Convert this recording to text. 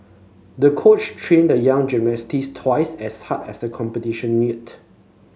the coach trained the young gymnast twice as hard as the competition neared